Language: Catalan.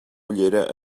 ullera